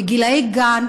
בגיל גן,